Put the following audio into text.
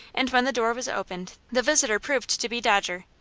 and when the door was opened the visitor proved to be dodger.